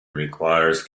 requires